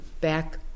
back